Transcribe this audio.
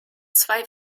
zwei